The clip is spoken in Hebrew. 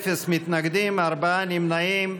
אפס מתנגדים וארבעה נמנעים.